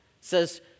says